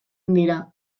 dira